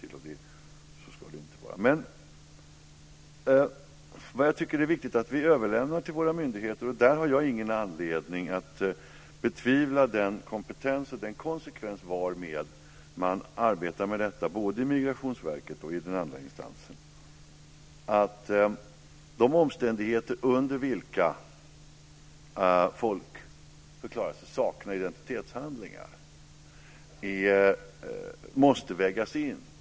Men det som jag tycker att det är viktigt att vi överlämnar till våra myndigheter - och i det fallet har jag ingen anledning att betvivla den kompetens och den konsekvens varmed man arbetar med detta både i Migrationsverket och i den andra instansen - är att de omständigheter under vilka folk förklarar sig sakna identitetshandlingar måste vägas in.